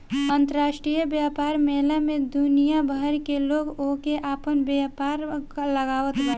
अंतरराष्ट्रीय व्यापार मेला में दुनिया भर से लोग आके आपन व्यापार लगावत बाटे